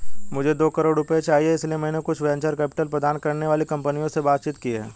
मुझे दो करोड़ रुपए चाहिए इसलिए मैंने कुछ वेंचर कैपिटल प्रदान करने वाली कंपनियों से बातचीत की है